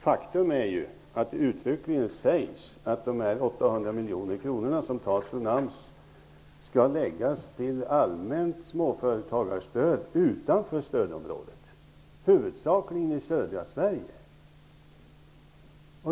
Faktum är att det sägs uttryckligen att dessa 800 miljoner kronor, som tas från AMS, skall läggas till allmänt småföretagarstöd utanför stödområdet, huvudsakligen i södra Sverige.